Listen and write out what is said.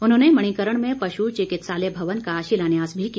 उन्होंने मणिकर्ण में पशु चिकित्सालय भवन का शिलान्यास भी किया